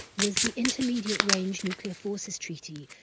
was the intermediate range nuclear forces treaty,